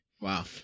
Wow